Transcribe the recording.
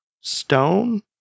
stone